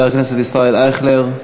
חבר הכנסת ישראל אייכלר,